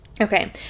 Okay